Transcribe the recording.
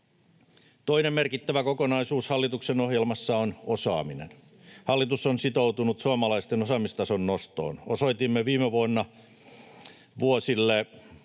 Toinen merkittävä kokonaisuus hallituksen ohjelmassa on osaaminen. Hallitus on sitoutunut suomalaisten osaamistason nostoon. Osoitimme viime vuonna vuosille